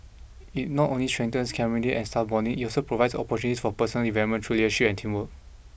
it not only strengthens camaraderie and staff bonding it also provides opportunities for personal development through leadership and teamwork